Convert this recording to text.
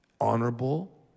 honorable